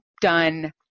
done